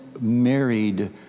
married